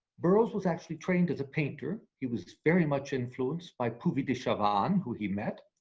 burroughs was actually trained as a painter. he was very much influenced by puvis de chavannes who he met,